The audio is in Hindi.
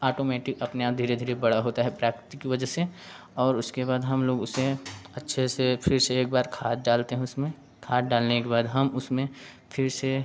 आटोमेटिक अपने आप धीरे धीरे बड़ा होता है प्रकृति की वजह से और उसके बाद हम लोग उसे अच्छे से फिर से एक बार खाद डालते हैं उसमें खाद डालने के बाद हम उसमें फिर से